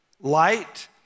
light